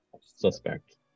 suspect